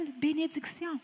bénédiction